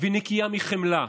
ונקייה מחמלה.